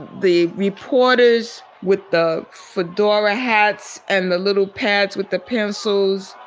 the reporters with the fedora hats and the little pads with the pencils,